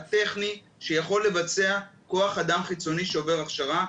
הטכני שיכול לבצע כוח אדם חיצוני שעובר הכשרה,